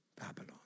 Babylon